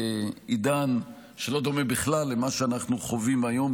עידן שלא דומה בכלל למה שאנחנו חווים היום.